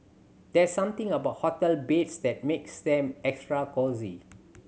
there's something about hotel beds that makes them extra cosy